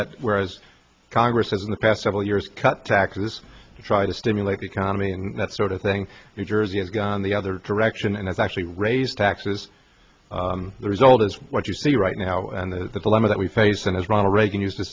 that whereas congress has in the past several years cut taxes to try to stimulate the economy and that sort of thing new jersey has gone the other direction and has actually raised taxes the result is what you see right now and the dilemma that we face and as ronald reagan used to